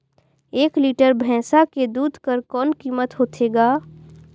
एक लीटर भैंसा के दूध कर कौन कीमत होथे ग?